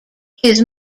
his